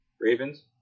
Ravens